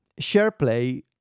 SharePlay